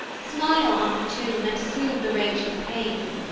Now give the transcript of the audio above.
smile on the tomb, and sooth the raging pain.